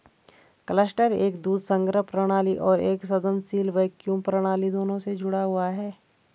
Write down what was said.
cluster एक दूध संग्रह प्रणाली और एक स्पंदनशील वैक्यूम प्रणाली दोनों से जुड़ा हुआ है